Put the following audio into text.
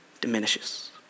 diminishes